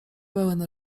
pełen